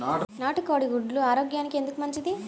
నాటు కోడి గుడ్లు ఆరోగ్యానికి ఎందుకు మంచిది?